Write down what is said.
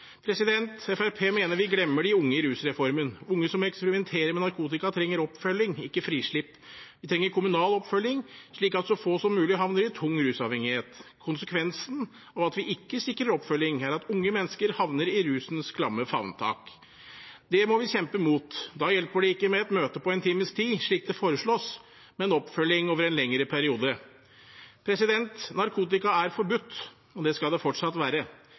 mener vi glemmer de unge i rusreformen. Unge som eksperimenterer med narkotika, trenger oppfølging, ikke frislipp. Vi trenger kommunal oppfølging, slik at så få som mulig havner i tung rusavhengighet. Konsekvensen av at vi ikke sikrer oppfølging, er at unge mennesker havner i rusens klamme favntak. Det må vi kjempe mot. Da hjelper det ikke med et møte på en times tid, slik det foreslås, men oppfølging over en lengre periode. Narkotika er forbudt, og det skal det fortsatt være.